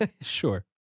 Sure